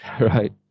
Right